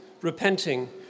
repenting